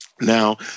now